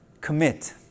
Commit